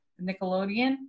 Nickelodeon